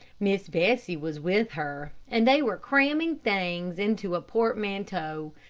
miss bessie was with her, and they were cramming things into a portmanteau.